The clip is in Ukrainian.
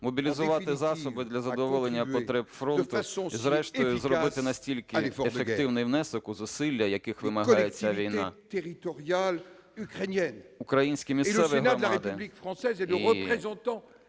мобілізувати засоби для задоволення потреб фронту, і, зрештою, зробити настільки ефективний внесок у зусилля, яких вимагає ця війна. Українські місцеві громади -